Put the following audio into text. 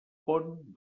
pont